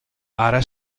ara